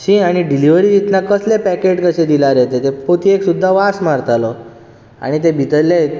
शी आनी डिलिवरी दितना कसलें पॅकेट कशें दिलां रे तें ते पोतयेक सुद्दां वास मारतालो आनी तें भितरलें